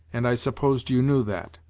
and i supposed you knew that.